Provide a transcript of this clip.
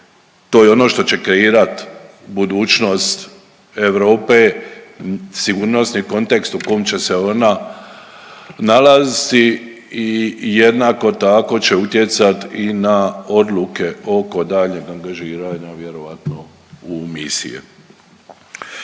To je ono što će kreirat budućnost Europe, sigurnosni kontekst u kom će se ona nalaziti i jednako tako će utjecat i na odluke oko daljnjeg angažiranja, vjerojatno u misije.